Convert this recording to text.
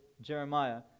Jeremiah